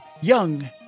young